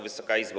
Wysoka Izbo!